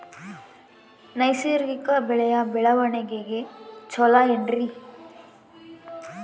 ನೈಸರ್ಗಿಕ ಬೆಳೆಯ ಬೆಳವಣಿಗೆ ಚೊಲೊ ಏನ್ರಿ?